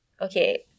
Okay